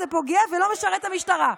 זה פוגע ולא משרת את המשטרה.